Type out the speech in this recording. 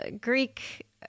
Greek